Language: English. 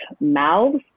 mouths